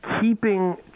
keeping